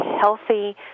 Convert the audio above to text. healthy